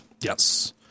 yes